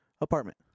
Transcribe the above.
apartment